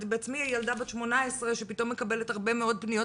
כשאני בעצמי ילדה בת 18 שפתאום מקבלת הרבה מאוד פניות.